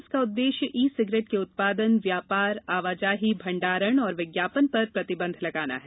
इसका उद्देश्य e cigarette के उत्पादन व्यापार आवाजाही भंडारण और विज्ञापन पर प्रतिबंध लगाना है